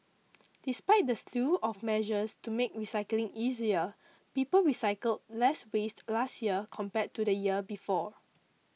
despite the slew of measures to make recycling easier people recycled less waste last year compared to the year before